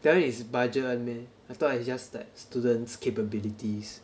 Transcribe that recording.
that one is budget one meh I thought it's just like students' capabilities